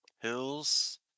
Hills